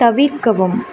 தவிர்க்கவும்